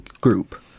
group